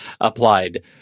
applied